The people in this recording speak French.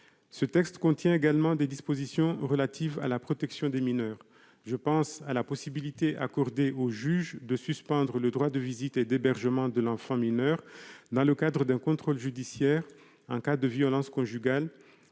Ce texte contient également des dispositions relatives à la protection des mineurs. Je pense à la possibilité accordée au juge de suspendre le droit de visite et d'hébergement à l'égard de l'enfant mineur dans le cadre d'un contrôle judiciaire, en cas de violences conjugales,